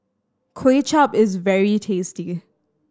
Kuay Chap is very tasty